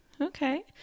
Okay